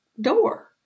door